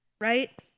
right